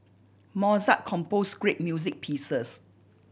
Mozart composed great music pieces